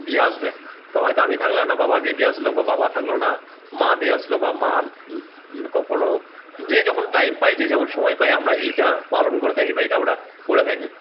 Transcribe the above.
দিয়ে আসবে তো হয়তো আমি না থাকলে আমার বাবা গিয়ে দিয়ে আসলো বা বাবা থাকলো না মা দিয়ে আসলো বা মা কখনো যে যখন টাইম পাই যে যখন সময় পাই আমরা এইটা পালন করে থাকি বা এইটা আমরা করে থাকি